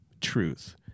truth